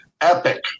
epic